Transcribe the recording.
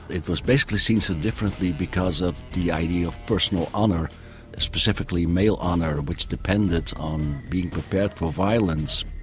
it was basically seen so differently because of the idea of personal honour specifically male honour which depended on being prepared for violence.